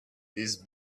this